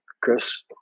Chris